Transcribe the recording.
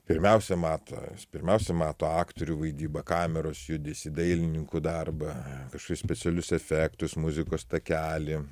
pirmiausia mato pirmiausia mato aktorių vaidybą kameros judesį dailininkų darbą specialius efektus muzikos takelį